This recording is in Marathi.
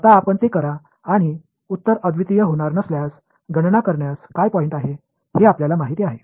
आता आपण ते करा आणि उत्तर अद्वितीय होणार नसल्यास गणना करण्यात काय पॉईंट आहे हे आपल्याला माहिती आहे